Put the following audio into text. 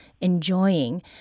enjoying